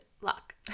luck